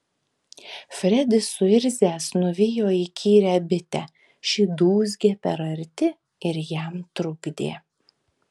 fredis suirzęs nuvijo įkyrią bitę ši dūzgė per arti ir jam trukdė